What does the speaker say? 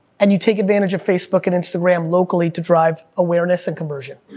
and you take advantage of facebook and instagram locally to drive awareness and conversion.